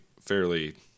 fairly